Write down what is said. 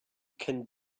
can